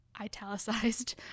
italicized